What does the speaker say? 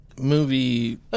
movie